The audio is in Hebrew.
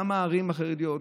וגם הערים החרדיות,